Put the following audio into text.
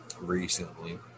recently